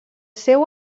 seu